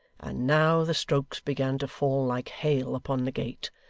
and now the strokes began to fall like hail upon the gate,